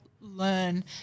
learn